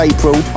April